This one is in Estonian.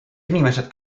inimesed